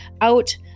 out